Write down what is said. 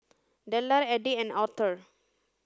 Dellar Eddie and Aurthur